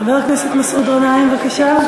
חבר הכנסת מסעוד גנאים, בבקשה.